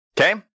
Okay